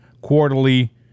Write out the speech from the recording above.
quarterly